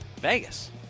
Vegas